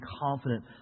confident